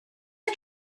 for